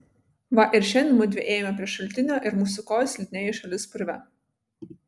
va ir šiandien mudvi ėjome prie šaltinio ir mūsų kojos slidinėjo į šalis purve